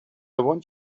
want